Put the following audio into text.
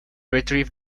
retrieve